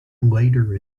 later